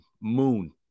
moon